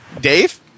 Dave